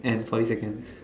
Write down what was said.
and forty seconds